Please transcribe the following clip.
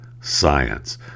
science